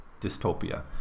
dystopia